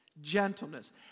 Gentleness